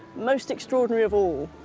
most extraordinary of all,